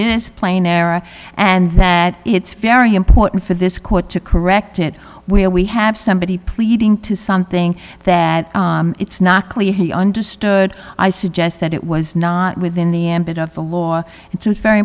is plain error and that it's very important for this court to correct it where we have somebody pleading to something that it's not clear he understood i suggest that it was not within the ambit of the law it's very